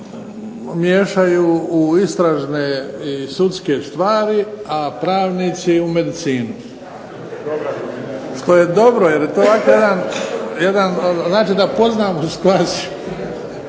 miješaju u istražne i sudske stvari, a pravnici u medicinu, što je dobro, to je ovako jedan, znate da poznam ...,